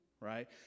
right